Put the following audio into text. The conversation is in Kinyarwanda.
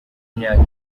imyaka